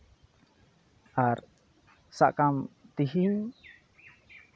ᱟᱨ ᱥᱟᱵ ᱠᱟᱜᱢᱮ ᱛᱤᱦᱤᱧ